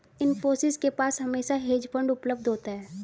इन्फोसिस के पास हमेशा हेज फंड उपलब्ध होता है